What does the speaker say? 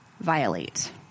Violate